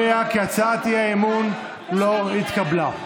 אני קובע כי הצעת האי-אמון לא התקבלה.